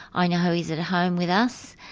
i know he's at home with us,